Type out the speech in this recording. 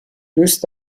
دوست